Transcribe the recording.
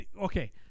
Okay